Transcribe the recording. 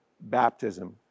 Baptism